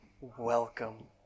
Welcome